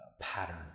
pattern